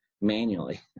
manually